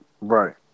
right